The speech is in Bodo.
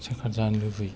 साखार जानो लुबैयो